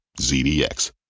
ZDX